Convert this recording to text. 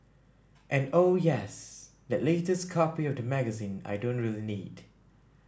and oh yes that latest copy of the magazine I don't really need